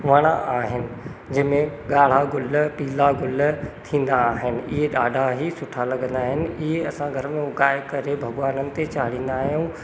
वण आहिनि जंहिंमें ॻाढ़ा गुल पीला गुल थींदा आहिनि इहे ॾाढा ई सुठा लॻंदा आहिनि इहे असां घर में उगाइ करे भॻवान ते चाढ़ींदा आहियूं